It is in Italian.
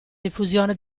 diffusione